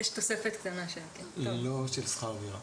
יש תוספת קטנה --- לא של שכר דירה.